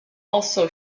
also